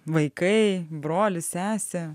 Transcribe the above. vaikai brolis sesė